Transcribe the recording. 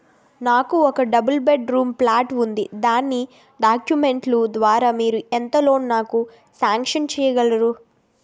నాకు ఒక double bedroom flat ఉంది దాని డాక్యుమెంట్స్ లు ద్వారా మీరు ఎంత లోన్ నాకు సాంక్షన్ చేయగలరు?